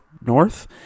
north